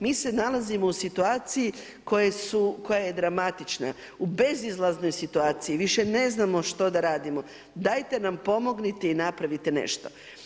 Mi se nalazimo u situaciji koja je dramatična, u bezizlaznoj situaciji, više ne znamo što da radimo, dajte nam pomognite i napravite nešto.